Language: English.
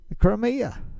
Crimea